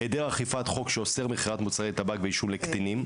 היעדר אכיפת חוק שאוסר מכירת מוצרי טבק ועישון לקטינים.